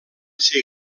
ser